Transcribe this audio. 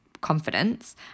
confidence